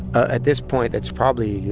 at this point, that's probably,